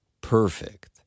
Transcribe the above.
Perfect